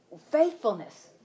faithfulness